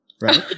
right